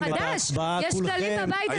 יש כללים בבית הזה.